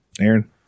Aaron